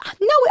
no